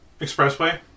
expressway